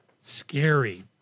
scary